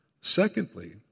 Secondly